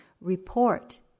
report